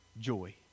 joy